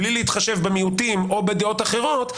בלי להתחשב במיעוטים או בדעות אחרות,